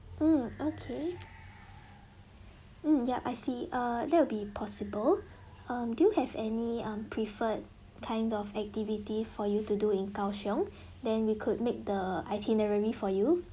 mm okay mm yup I see err that will be possible um do you have any um preferred kind of activity for you to do in kang siong then we could make the itinerary for you